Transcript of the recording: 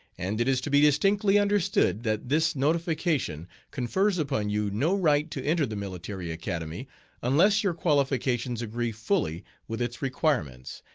and it is to be distinctly understood that this notification confers upon you no right to enter the military academy unless your qualifications agree fully with its requirements,